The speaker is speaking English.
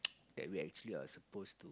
that we actually are supposed to